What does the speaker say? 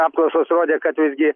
apklausos rodė kad visgi